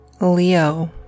Leo